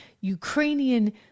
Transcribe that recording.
Ukrainian